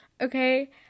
okay